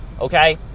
okay